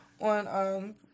on